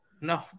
No